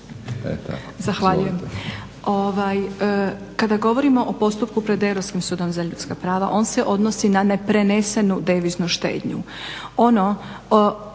Zahvaljujem. Kada govorimo o postupku pred Europskim sudom za ljudska prava, on se odnosi na neprenesenu deviznu štednju.